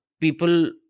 people